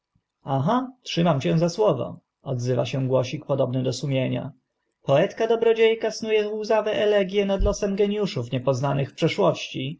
aha trzymam cię za słowo odzywa się głosik podobny do sumienia poetka dobrodzika snu e łzawe elegie nad losem geniuszów nie poznanych w przeszłości